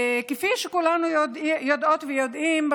כפי שכולנו יודעות ויודעים,